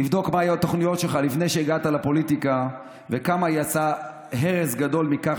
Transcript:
לבדוק מה היו התוכניות שלך לפני שהגעת לפוליטיקה וכמה יצא הרס גדול מכך